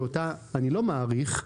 שאותה אני לא מאריך,